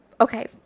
okay